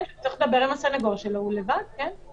כשהוא צריך לדבר עם הסנגור שלו, הוא לבד, כן.